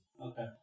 Okay